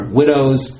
widows